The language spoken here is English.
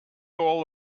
all